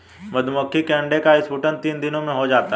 मधुमक्खी के अंडे का स्फुटन तीन दिनों में हो जाता है